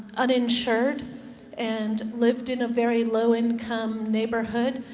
uninsured and lived in a very low income neighborhood.